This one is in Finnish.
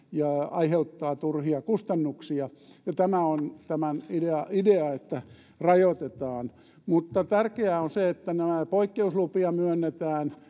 aiheuttaa turhia kustannuksia tämä on tämän idea idea että rajoitetaan mutta tärkeää on se että poikkeuslupia myönnetään